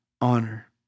honor